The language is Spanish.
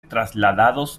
trasladados